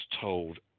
told